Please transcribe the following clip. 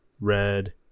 red